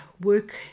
work